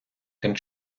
тим